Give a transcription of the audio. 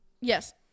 Yes